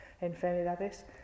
enfermedades